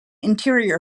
interior